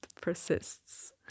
persists